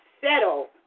settle